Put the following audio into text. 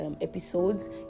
episodes